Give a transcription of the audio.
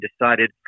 decided